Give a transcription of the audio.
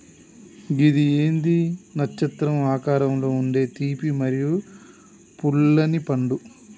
గిది ఏంది నచ్చత్రం ఆకారంలో ఉండే తీపి మరియు పుల్లనిపండు